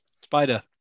spider